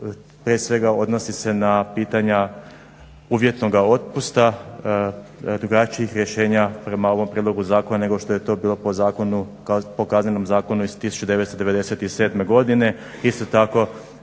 prije svega odnosi se na pitanja uvjetnoga otpusta, drugačijih rješenja prema ovom prijedlogu zakona nego što je to bilo po Kaznenom zakonu iz 1997. godine. Isto tako,